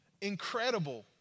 incredible